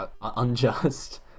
unjust